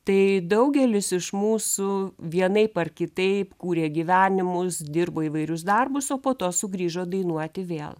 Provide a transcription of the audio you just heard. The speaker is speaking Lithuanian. tai daugelis iš mūsų vienaip ar kitaip kūrė gyvenimus dirbo įvairius darbus o po to sugrįžo dainuoti vėl